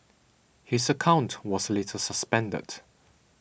his account was later suspended